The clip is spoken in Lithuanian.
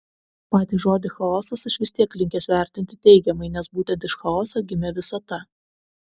patį žodį chaosas aš vis tik linkęs vertinti teigiamai nes būtent iš chaoso gimė visata